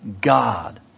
God